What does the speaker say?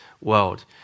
world